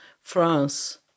France